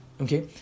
Okay